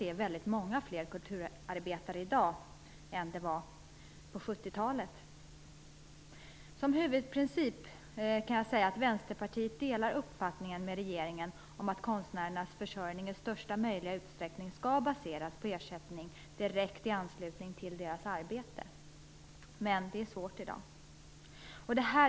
Det är alltså många fler kulturarbetare i dag än på 1970-talet. Vänsterpartiet delar i huvudsak regeringens uppfattning att konstnärernas försörjning i största möjliga utsträckning skall baseras på ersättning direkt i anslutning till deras arbete. Men det är svårt i dag.